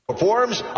Performs